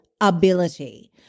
ability